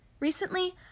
Recently